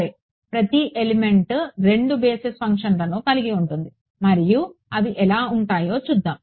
సరే ప్రతి ఎలిమెంట్రెండు బేసిస్ ఫంక్షన్లను కలిగి ఉంటుంది మరియు అవి ఎలా ఉంటాయో చూద్దాం